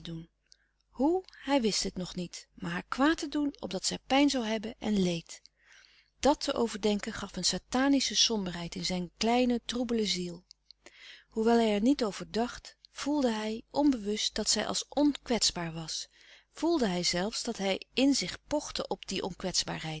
hoe hij wist het nog niet maar haar kwaad te doen opdat zij pijn zoû hebben en leed dat te overdenken gaf een satanische somberheid in zijn kleine troebele ziel hoewel hij er niet over dacht voelde hij onbewust dat zij als onkwetsbaar was voelde hij zelfs dat zij in zich pochte op die onkwetsbaarheid